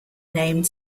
named